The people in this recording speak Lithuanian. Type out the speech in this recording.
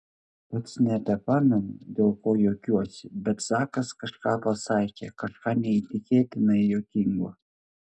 pats nebepamenu dėl ko juokiuosi bet zakas kažką pasakė kažką neįtikėtinai juokingo